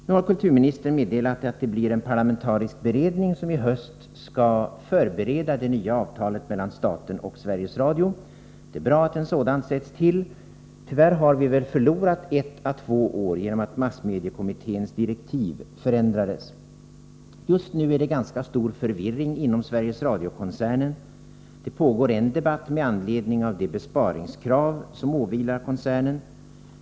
Nu har kulturministern meddelat att det blir en parlamentarisk beredning som i höst skall förbereda det nya avtalet mellan staten och Sveriges Radio. Det är bra att en sådan sätts till. Tyvärr har vi väl förlorat ett å två år genom att massmediekommitténs direktiv ändrades. Just nu råder en ganska stor förvirring inom Sveriges Radio-koncernen. Det pågår en debatt med anledning av det besparingskrav som åvilar koncernen.